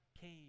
came